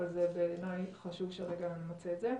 אבל בעיניי זה חשוב שגם נמצה את זה.